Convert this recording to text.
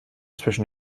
zwischen